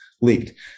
leaked